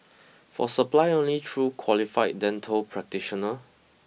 for supply only through qualified dental practitioner